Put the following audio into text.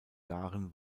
garen